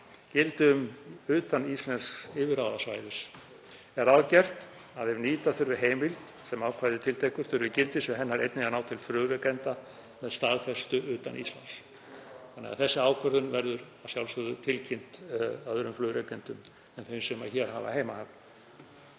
gildi utan íslensks yfirráðasvæðis. Er ráðgert að ef nýta þurfi þá heimild sem ákvæðið tiltekur þurfi gildissvið hennar einnig að ná til flugrekenda með staðfestu utan Íslands. Þessi ákvörðun verður að sjálfsögðu tilkynnt öðrum flugrekendum en þeim sem hér hafa heimahöfn.